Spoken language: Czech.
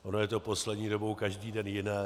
Ono je to poslední dobou každý den jiné.